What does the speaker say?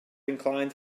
inclined